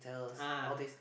ah